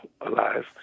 alive